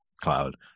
Cloud